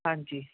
ਹਾਂਜੀ